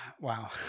Wow